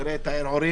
נראה את הערעורים.